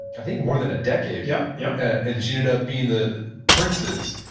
i think more than a decade. yeah yeah and she ended up being the princes,